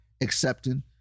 accepting